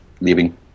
leaving